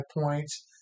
points